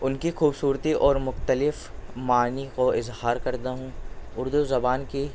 ان کی خوبصورتی اور مختلف معانی کو اظہار کرتا ہوں اردو زبان کی